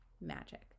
magic